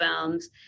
films